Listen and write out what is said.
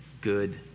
good